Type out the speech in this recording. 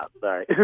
sorry